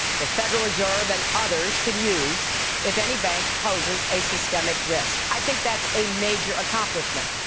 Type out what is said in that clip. the federal reserve, and others can use if any bank poses a systemic risk. i think that's a major accomplishment.